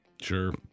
Sure